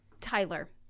Tyler